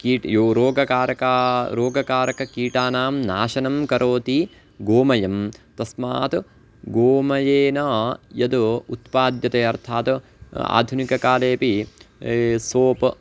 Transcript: कीटः यो रोगकारकाः रोगकारककीटानां नाशनं करोति गोमयं तस्मात् गोमयेन यद् उत्पाद्यते अर्थात् आधुनिककालेपि सोप्